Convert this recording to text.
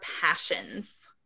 passions